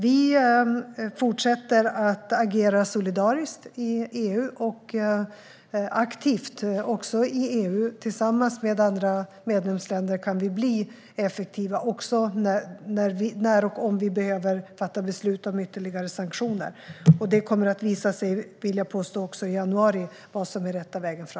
Vi fortsätter att agera solidariskt och aktivt i EU. Tillsammans med andra medlemsländer kan vi bli effektiva, också när och om vi behöver fatta beslut om ytterligare sanktioner. Vad som är rätta vägen framåt kommer också att visa sig i januari.